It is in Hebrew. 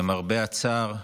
למרבה הצער,